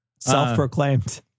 Self-proclaimed